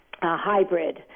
hybrid